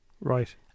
Right